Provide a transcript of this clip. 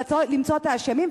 למצוא את האשמים,